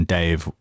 Dave